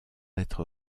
être